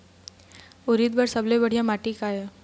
उरीद बर सबले बढ़िया माटी का ये?